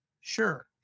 sure